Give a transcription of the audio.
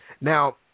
now